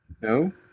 No